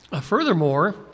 furthermore